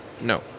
no